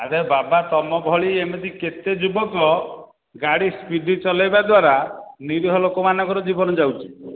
ଆରେ ବାବା ତୁମ ଭଳି ଏମିତି କେତେ ଯୁବକ ଗାଡ଼ି ସ୍ପିଡ୍ ଚଲାଇବା ଦ୍ୱାର ନିରୀହ ଲୋକମାନଙ୍କର ଜୀବନ ଯାଉଛି